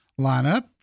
lineup